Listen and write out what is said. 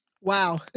Wow